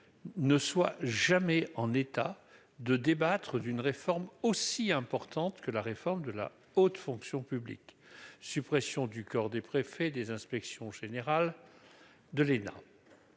ne soit jamais en état de débattre d'une réforme aussi importante que la réforme de la haute fonction publique, suppression du corps des préfets, des inspections générales de l'élan